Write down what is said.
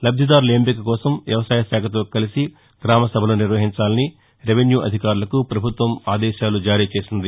లబ్దిదారుల ఎంపిక కోసం వ్యవసాయశాఖతో కలిసి గ్రామసభలు నిర్వహించాలని రెవెన్యూ అధికారులకు పభుత్వం ఆదేశాలు జారీ చేసింది